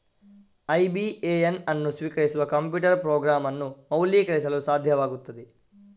IBAN ಅನ್ನು ಸ್ವೀಕರಿಸುವ computer program ಅನ್ನು ಮೌಲ್ಯೀಕರಿಸಲು ಸಾಧ್ಯವಾಗುತ್ತದೆ